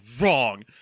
wrong